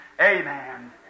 Amen